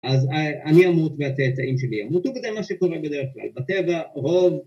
אז אני אמות והצאצאים שלי ימותו, וזה מה שקורה בדרך כלל בטבע, רוב